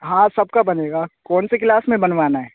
ہاں سب کا بنے گا کون سے کلاس میں بنوانا ہے